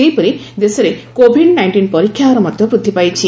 ସେହିପରି ଦେଶରେ covid nineteen ପରୀକ୍ଷା ହାର ମଧ୍ୟ ବୃଦ୍ଧି ପାଇଛି